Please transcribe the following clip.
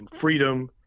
freedom